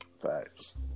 facts